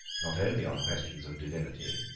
not only on questions of divinity,